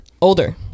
Older